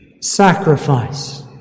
Sacrifice